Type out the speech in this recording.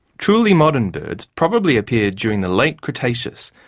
truly modern birds probably appeared during the late cretaceous,